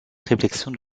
réflexions